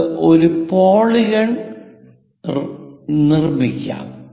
നമുക്ക് ഒരു regular polygon നിർമ്മിക്കാം